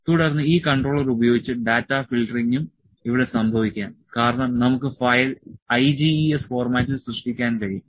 തുടർന്ന് ഈ കൺട്രോളർ ഉപയോഗിച്ച് ഡാറ്റാ ഫിൽട്ടറിംഗും ഇവിടെ സംഭവിക്കാം കാരണം നമുക്ക് ഫയൽ IGES ഫോർമാറ്റിൽ സൃഷ്ടിക്കാൻ കഴിയും